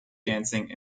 dancing